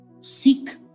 seek